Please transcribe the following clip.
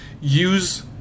use